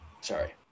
Sorry